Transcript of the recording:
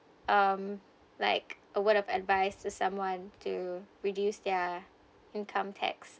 um like a word of advice to someone to reduce their income tax